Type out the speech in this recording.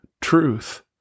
truth